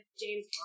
James